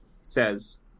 says